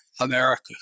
America